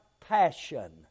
passion